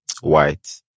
white